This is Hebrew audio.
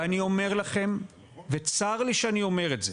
ואני אומר לכם, וצר לי שאני אומר את זה